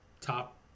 top